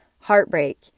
heartbreak